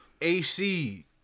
AC